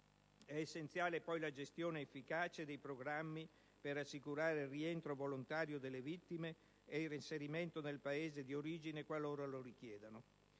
È essenziale poi la gestione efficace dei programmi per assicurare il rientro volontario delle vittime ed il reinserimento nel Paese di origine, qualora lo richiedano.